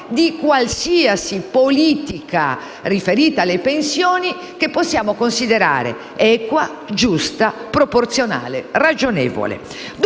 di qualsiasi politica riferita alle pensioni che possiamo considerare equa, giusta, proporzionale e ragionevole.